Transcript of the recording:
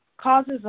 causes